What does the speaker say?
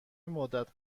مدت